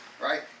right